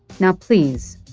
now, please,